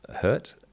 hurt